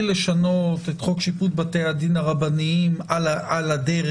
לשנות את חוק שיפוט בתי הדין הרבניים על הדרך.